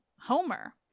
Homer